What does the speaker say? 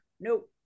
Nope